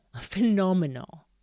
phenomenal